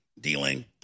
dealing